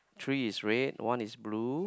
three is red one is blue